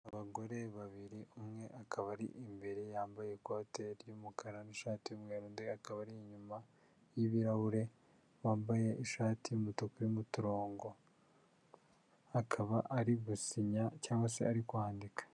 Abagore babiri umwe akaba ari imbere yambaye ikote ry'umukara n'ishati y yuumweru akaba ari inyuma y'ibirahure wambaye ishati yumutuku'umurongo akaba ari gusinya cyangwa se ari kwandika